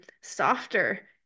softer